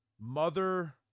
Mother